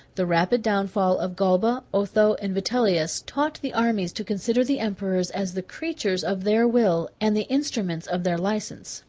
the rapid downfall of galba, otho, and vitellus, taught the armies to consider the emperors as the creatures of their will, and the instruments of their license.